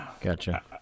Gotcha